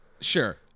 Sure